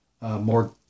more